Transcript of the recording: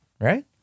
right